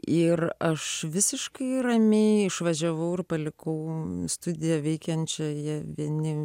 ir aš visiškai ramiai išvažiavau ir palikau studiją veikiančią jie vieni